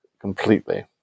completely